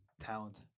talent